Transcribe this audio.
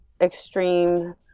extreme